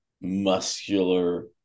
muscular